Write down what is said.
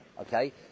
okay